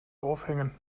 aufhängen